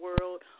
world